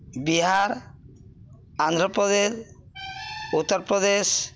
Bihar Andhra Pradesh Uttar Pradesh